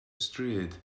stryd